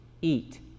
eat